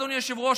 אדוני היושב-ראש,